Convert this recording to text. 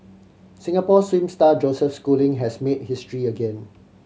Singapore swim star Joseph Schooling has made history again